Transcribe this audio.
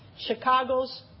Chicago's